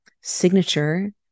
signature